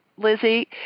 Lizzie